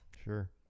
sure